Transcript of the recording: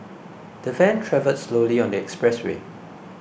the van travelled slowly on the expressway